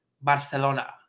Barcelona